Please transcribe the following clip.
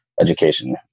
education